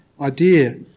idea